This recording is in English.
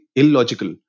illogical